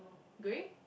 grey